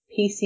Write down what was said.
PC